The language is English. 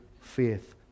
faith